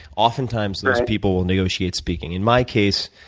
oftentimes, those people will negotiate speaking. in my case,